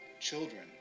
Children